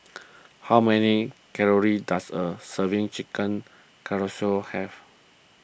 how many calories does a serving Chicken Casserole have